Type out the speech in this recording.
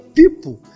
people